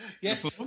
Yes